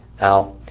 Now